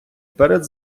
перед